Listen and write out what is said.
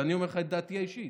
ואני אומר לך את דעתי האישית,